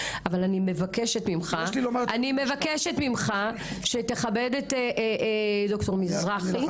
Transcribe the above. אבל אני מבקשת ממך שתכבד את דר' מזרחי.